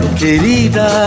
querida